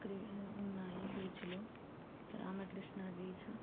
ఉన్నాయి బీచ్లు రామకృష్ణా బీచ్